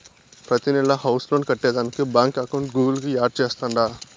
ప్రతినెలా house loan కట్టేదానికి బాంకీ అకౌంట్ గూగుల్ కు యాడ్ చేస్తాండా